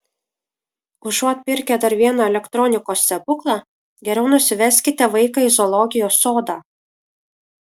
užuot pirkę dar vieną elektronikos stebuklą geriau nusiveskite vaiką į zoologijos sodą